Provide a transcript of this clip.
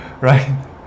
right